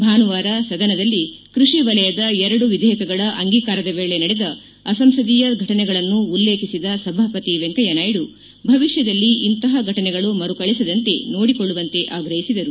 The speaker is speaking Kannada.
ಭಾನುವಾರ ಸದನದಲ್ಲಿ ಕೃಷಿ ವಲಯದ ಎರಡು ವಿಧೇಯಕಗಳ ಅಂಗೀಕಾರದ ವೇಳೆ ನಡೆದ ಅಸಂಸದೀಯ ಘಟನಗಳನ್ನು ಉಲ್ಲೇಖಿಸಿದ ಸಭಾಪತಿ ವೆಂಕಯ್ಯನಾಯ್ನು ಭವಿಷ್ಠದಲ್ಲಿ ಇಂತಹ ಘಟನೆಗಳು ಮರುಕಳಿಸದಂತೆ ನೋಡಿಕೊಳ್ಳುವಂತೆ ಆಗ್ರಹಿಸಿದರು